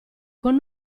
con